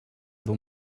duu